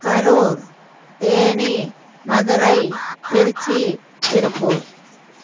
Karur Theni Madurai Tiruchi Tiruppur